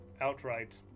outright